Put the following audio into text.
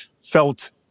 felt